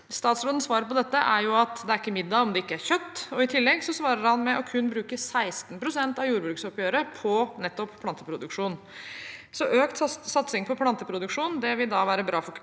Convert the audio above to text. Statsrådens svar på dette er at det ikke er middag om det ikke er kjøtt. I tillegg svarer han med kun å bruke 16 pst. av jordbruksoppgjøret på nettopp planteproduksjon. Økt satsing på planteproduksjon vil være bra for